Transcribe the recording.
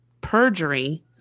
perjury